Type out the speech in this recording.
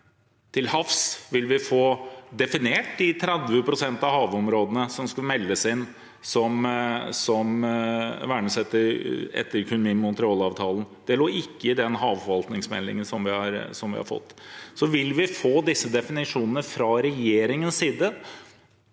Til havs: Vil vi få definert de 30 pst. av havområdene som skal meldes inn, som skal vernes etter Kunming-Montreal-avtalen? Det lå ikke i den havforvaltningsmeldingen som vi har fått. Vil vi få disse definisjonene fra regjeringens side,